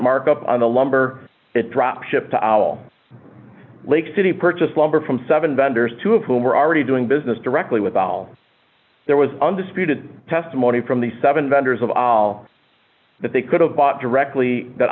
markup on the lumber it dropship to our all lake city purchased lumber from seven vendors two of whom were already doing business directly with al there was undisputed testimony from the seven vendors of all that they could have bought directly that